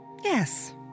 Yes